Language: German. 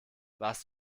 warst